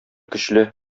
көчле